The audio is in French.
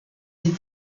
des